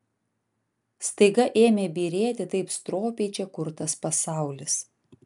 staiga ėmė byrėti taip stropiai čia kurtas pasaulis